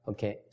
Okay